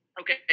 Okay